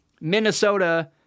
Minnesota